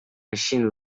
machine